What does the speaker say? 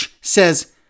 says